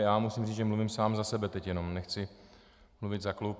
Já musím říct, že mluvím sám za sebe teď jenom, nechci mluvit za klub.